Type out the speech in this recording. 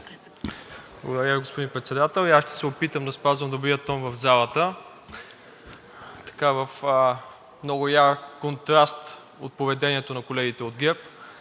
Благодаря, господин Председател. И аз ще се опитам да спазвам добрия тон в залата – така в много ярък контраст от поведението на колегите от ГЕРБ.